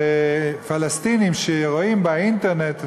פלסטינים שרואים באינטרנט,